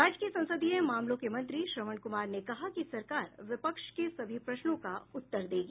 राज्य के संसदीय मामलों के मंत्री श्रवण कुमार ने कहा कि सरकार विपक्ष के सभी प्रश्नों का उत्तर देगी